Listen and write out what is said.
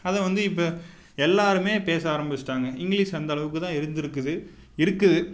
அதை வந்து இப்போ எல்லோருமே பேச ஆரம்பிச்சுட்டாங்க இங்கிலீஷ் அந்தளவுக்குதான் இருந்திருக்குது இருக்குது